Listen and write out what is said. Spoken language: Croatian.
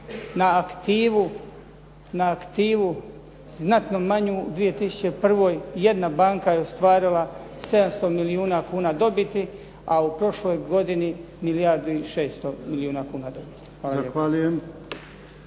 Na aktivu znatno manju u 2001. jedna banka je ostvarila 700 milijuna kuna dobiti, a u prošloj godini milijardu i 600 milijuna kuna dobiti.